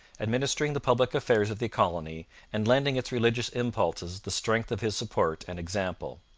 administering the public affairs of the colony and lending its religious impulses the strength of his support and example.